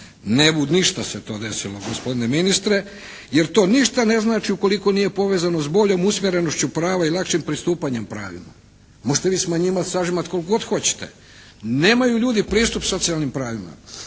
Ne bude ništa se to desilo gospodine ministre jer to ništa ne znači ukoliko nije povezano s boljom usmjerenošću prava i lakšim pristupanjem pravima. Možete vi smanjivati, sažimati koliko god hoćete. Nemaju ljudi pristup socijalnim pravima.